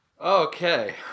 Okay